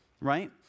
right